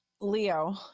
Leo